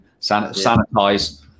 sanitize